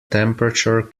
temperature